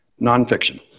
Nonfiction